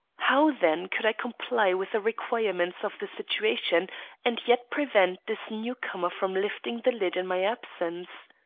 how, then, could i comply with the requirements of the situation and yet prevent this new-comer from lifting the lid in my absence?